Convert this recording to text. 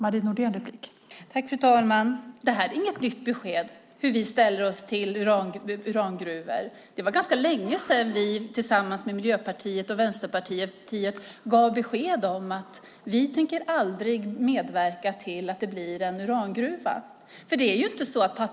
Fru talman! Det här är inget nytt besked om hur vi ställer oss till urangruvor. Det var ganska länge sedan som vi tillsammans med Miljöpartiet och Vänsterpartiet gav besked om att vi aldrig tänker medverka till att det blir en urangruva.